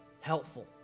helpful